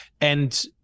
And-